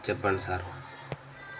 చెప్పండి సార్